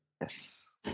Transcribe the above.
Yes